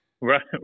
Right